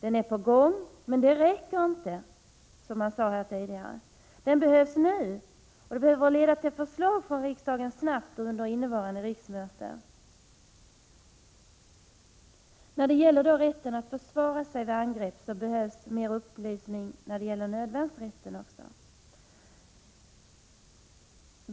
Den är på gång, men det räcker inte, som har sagts här tidigare. Den behövs nu, och den behöver nu leda till förslag till riksdagen under innevarande riksmöte. När det gäller rätten att försvara sig vid angrepp behövs mer upplysning om nödvärnsrätten.